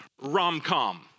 rom-com